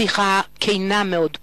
שיחה כנה מאוד,